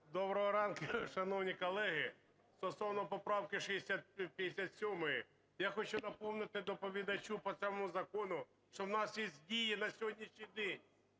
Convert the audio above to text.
доброго ранку, шановні колеги. Стосовно поправки 657. Я хочу напомнити доповідачу по цьому закону, що в нас діє на сьогоднішній день,